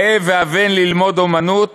ראה והבן ללמוד אומנות